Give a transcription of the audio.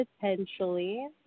Potentially